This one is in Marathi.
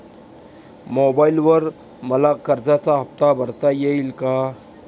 मोबाइलवर मला कर्जाचा हफ्ता भरता येईल का?